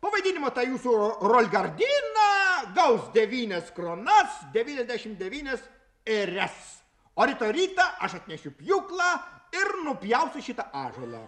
po vaidinimo ta jūsų rolgardina gaus devynias kronas devyniasdešimt devynias ėrias o rytoj rytą aš atnešiu pjūklą ir nupjausiu šitą ąžuolą